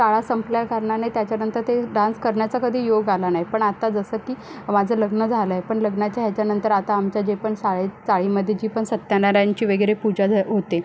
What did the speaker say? शाळा संपल्याकारणाने त्याच्यानंतर ते डान्स करण्याचा कधी योग आला नाही पण आत्ता जसं की माझं लग्न झालं आहे पण लग्नाच्या ह्याच्यानंतर आता आमच्या जे पण शाळेत चाळीमध्ये जी पण सत्यनारायणाची वगैरे पूजा झा होते